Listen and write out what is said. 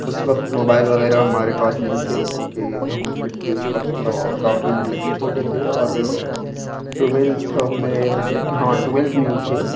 اس وقت موبائل وغیرہ ہمارے پاس نہیں تھے چوں کہ ہم مطلب کہ اس وقت کافی مطلب کہ چھوٹے تھے اور ٹویلتھ میں مطلب کہ ہاں ٹویلتھ میں ہی تھے